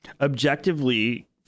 Objectively